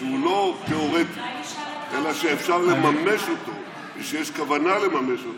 שהוא לא תיאורטי אלא שאפשר לממש אותו ושיש כוונה לממש אותו,